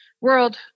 world